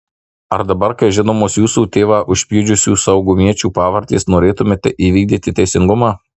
ar dabar kai žinomos jūsų tėvą užpjudžiusių saugumiečių pavardės norėtumėte įvykdyti teisingumą